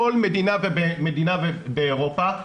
כל מדינה ומדינה באירופה,